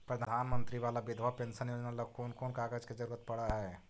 प्रधानमंत्री बाला बिधवा पेंसन योजना ल कोन कोन कागज के जरुरत पड़ है?